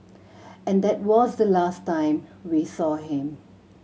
and that was the last time we saw him